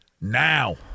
now